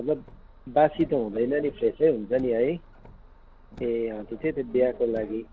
मतलब बासी त हुँदैन नि फ्रेसै हुन्छ नि है ए हजुर त्यही त बिहाको लागि